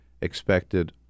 expected